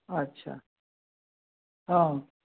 अच्छा हँ